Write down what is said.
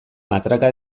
matraka